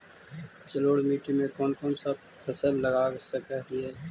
जलोढ़ मिट्टी में कौन कौन फसल लगा सक हिय?